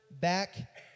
back